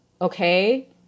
Okay